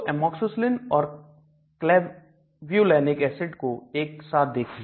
तो Amoxicillin और Clavulanic acid को एक साथ देखिए